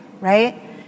right